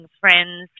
friends